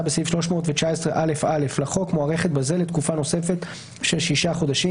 בסעיף 319א(א) לחוק מוארכת בזה לתקופה נוספת של שישה חודשים,